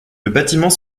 bâtiment